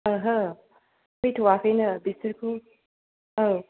ओहो फैथआखैनो बिसोरखौ औ